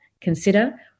consider